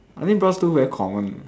I mean bronze two very common